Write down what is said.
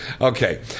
Okay